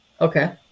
Okay